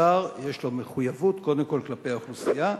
שר, יש לו מחויבות קודם כול כלפי האוכלוסייה,